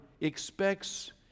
expects